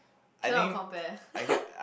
cannot compare